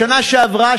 בשנה שעברה,